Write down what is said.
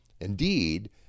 Indeed